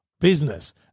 business